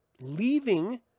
leaving